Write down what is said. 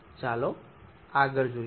ચાલો આગળ જોઈએ